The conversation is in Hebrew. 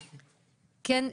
לכן,